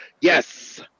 Yes